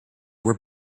were